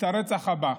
את הרצח הבא.